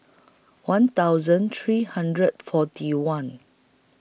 one thousand three hundred forty one